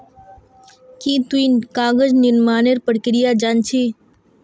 की तुई कागज निर्मानेर प्रक्रिया जान छि